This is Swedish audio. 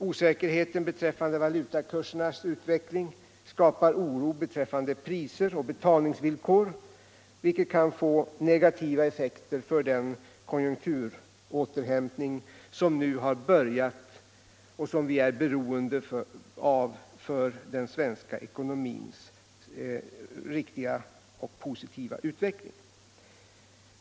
Osäkerheten beträffande valutakursernas utveckling skapar oro beträffande priser och betalningsvillkor, vilket kan få negativa effekter för den konjunkturåterhämtning som nu har börjat och som debatt och valutapolitisk debatt vi är beroende av för den svenska ekonomins riktiga och positiva utveckling.